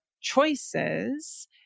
choices